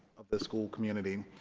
of the school community